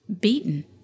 beaten